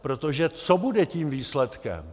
Protože co bude tím výsledkem?